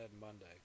Monday